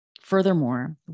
Furthermore